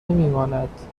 نمیماند